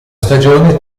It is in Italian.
stagione